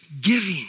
giving